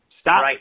Stop